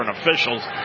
officials